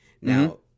Now